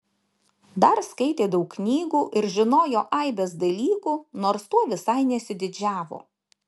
dar skaitė daug knygų ir žinojo aibes dalykų nors tuo visai nesididžiavo